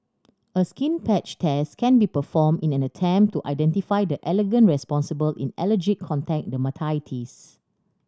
a skin patch test can be performed in an attempt to identify the allergen responsible in allergic contact dermatitis